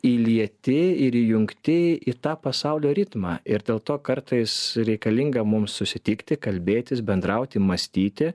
įlieti ir įjungti į tą pasaulio ritmą ir dėl to kartais reikalinga mums susitikti kalbėtis bendrauti mąstyti